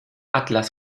atlas